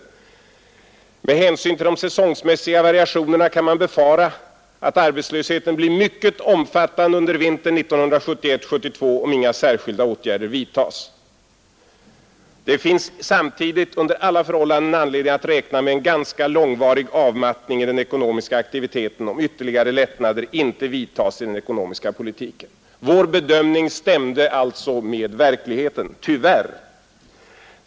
Med hänsyn till de säsongmässiga variationerna i arbetskraftsefterfrågan kan man befara att arbetslösheten blir mycket omfattande under vintern 1971/72, om inga särskilda åtgärder vidtas. ——— Det finns emellertid samtidigt under alla förhållanden anledning att räkna med en ganska långvarig avmattning i den ekonomiska aktiviteten, om ytterligare lättnader inte vidtas i den ekonomiska politiken.” Vår bedömning stämde alltså med verkligheten — tyvärr.